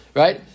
right